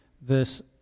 verse